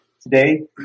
today